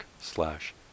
slash